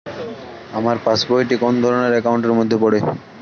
আমার পাশ বই টি কোন ধরণের একাউন্ট এর মধ্যে পড়ে?